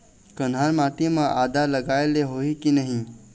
कन्हार माटी म आदा लगाए ले होही की नहीं?